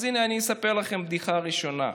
אז הינה, אני אספר לכם בדיחה ראשונה.